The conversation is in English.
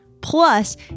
Plus